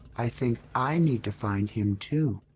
i think i need to find him too.